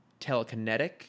telekinetic